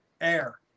air